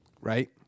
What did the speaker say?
right